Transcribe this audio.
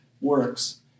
works